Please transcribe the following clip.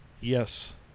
yes